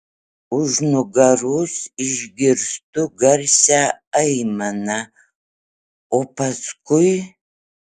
už nugaros išgirstu garsią aimaną o paskui